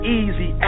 easy